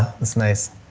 that's nice.